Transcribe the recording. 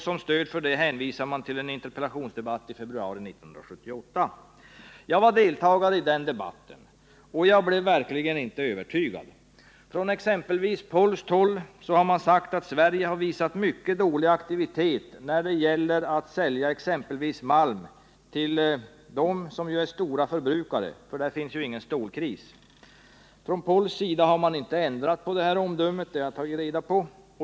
Som stöd för detta hänvisar man till en interpellationsdebatt i februari 1978. Jag deltog i den debatten, och jag blev verkligen inte övertygad. På polskt håll har man sagt att Sverige visat mycket dålig aktivitet när det gäller att sälja exempelvis malm till Polen, som är stor förbrukare — där finns ju ingen stålkris. Från po.sk sida har man inte ändrat detta omdöme — det har jag tagit reda på.